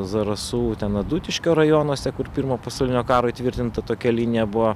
zarasų ten adutiškio rajonuose kur pirmo pasaulinio karo įtvirtinta tokia linija buvo